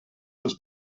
els